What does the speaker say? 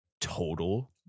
total